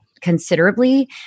considerably